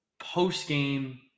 post-game